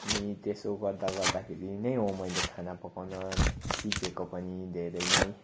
अनि त्यसो गर्दा गर्दाखेरि नै हो मैले खाना पकाउन सिकेको पनि धेरै नै